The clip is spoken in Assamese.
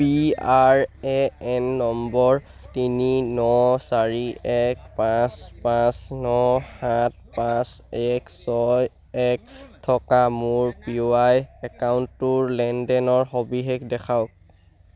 পি আৰ এ এন নম্বৰ তিনি ন চাৰি এক পাঁচ পাঁচ ন সাত পাঁচ এক ছয় এক থকা মোৰ এ পি ৱাই একাউণ্টটোৰ লেনদেনৰ সবিশেষ দেখুৱাওক